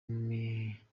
mihanda